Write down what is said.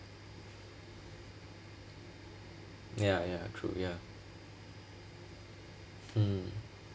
ya ya true ya mm